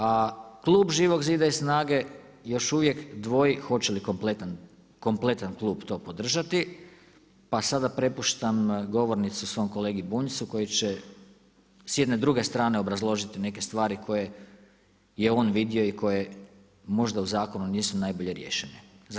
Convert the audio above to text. A klub Živog zida i SNAGA-e još uvijek dvoji hoće li kompletan klub to podržati, pa sada prepuštam govornicu svom kolegi Bunjcu koji će s jedne druge strane obrazložiti neke stvari koje je on vidio i koje možda u zakonu nisu najbolje riješene.